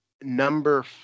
Number